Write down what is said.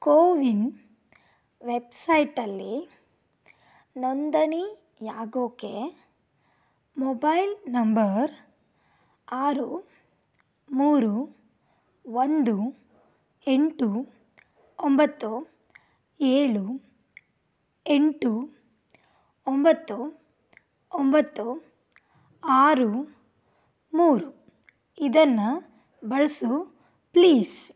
ಕೋವಿನ್ ವೆಬ್ಸೈಟಲ್ಲಿ ನೋಂದಣಿಯಾಗೋಕ್ಕೆ mobile number ಆರು ಮೂರು ಒಂದು ಎಂಟು ಒಂಬತ್ತು ಏಳು ಎಂಟು ಒಂಬತ್ತು ಒಂಬತ್ತು ಆರು ಮೂರು ಇದನ್ನು ಬಳಸು ಪ್ಲೀಸ್